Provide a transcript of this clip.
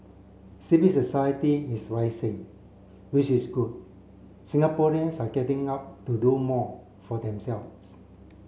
civil society is rising which is good Singaporeans are getting up to do more for themselves